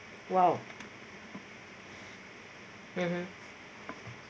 !wow! mmhmm